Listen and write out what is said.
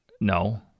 No